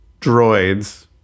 droids